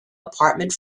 apartment